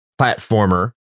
platformer